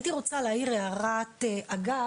הייתי רוצה להעיר הערת אגב,